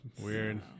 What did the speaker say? Weird